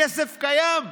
הכסף קיים.